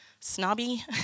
snobby